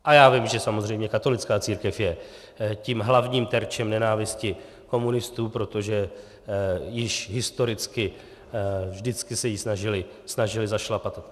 A já vím, že samozřejmě katolická církev je tím hlavním terčem nenávisti komunistů, protože již historicky vždycky se ji snažili zašlapat.